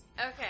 Okay